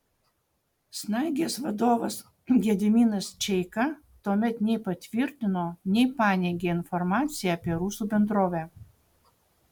snaigės vadovas gediminas čeika tuomet nei patvirtino nei paneigė informaciją apie rusų bendrovę